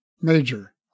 major